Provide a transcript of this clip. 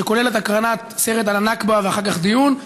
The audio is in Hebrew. שכוללת הקרנת סרט על הנכבה ואחר כך דיון.